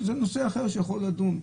זה נושא אחר שאפשר לדון בו.